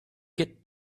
get